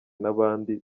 n’abandi